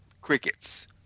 crickets